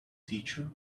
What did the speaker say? teacher